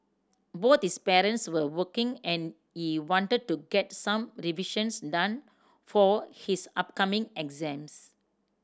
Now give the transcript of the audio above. both his parents were working and he wanted to get some revision done for his upcoming exams